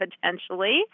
potentially